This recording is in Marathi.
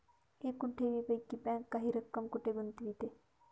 एकूण ठेवींपैकी बँक काही रक्कम कुठे गुंतविते?